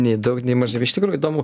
nei daug nei mažai iš tikrųjų įdomu